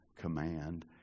command